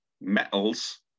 metals